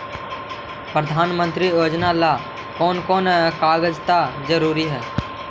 प्रधानमंत्री योजना ला कोन कोन कागजात जरूरी है?